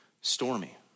stormy